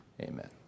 Amen